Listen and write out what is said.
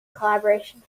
collaboration